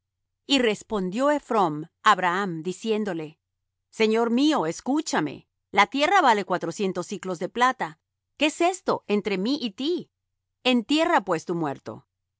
y respondió ephrón á abraham diciéndole señor mío escúchame la tierra vale cuatrocientos siclos de plata qué es esto entre mí y ti entierra pues tu muerto